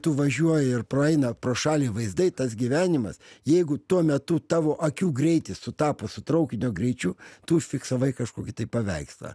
tu važiuoji ir praeina pro šalį vaizdai tas gyvenimas jeigu tuo metu tavo akių greitis sutapo su traukinio greičiu tu fiksavai kažkokį tai paveikslą